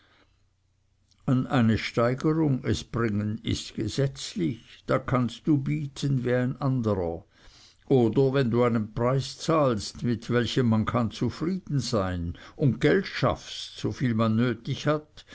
an eine steigerung es bringen ist gesetzlich da kannst du bieten wie ein anderer oder wenn du einen preis zahlst mit welchem man kann zufrieden sein und geld schaffest so viel man nötig hat